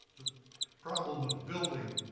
the problem of building,